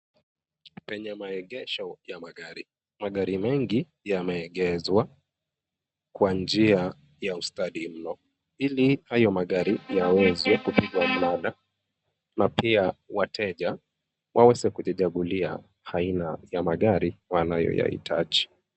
Penye maegesho ya magari. Magari mengi yameegeshwa kwa njia ya ustadi mno ili hayo magari yaweze kupigwa mnada na pia, wateja waweze kujichagulia aina ya magari wanayoyahitaji.